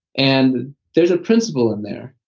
and there's a principle in there,